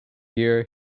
year